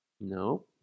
No